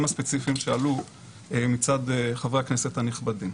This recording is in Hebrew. הספציפיים שעלו מצד חברי הכנסת הנכבדים.